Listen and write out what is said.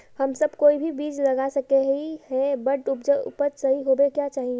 हम सब कोई भी बीज लगा सके ही है बट उपज सही होबे क्याँ चाहिए?